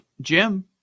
Jim